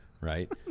right